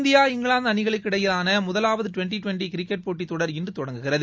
India England இடையேயான முதவாவது twenty twenty cricket போட்டித்தொடர் இன்று தொடங்குகிறது